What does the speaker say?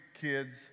kids